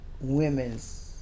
women's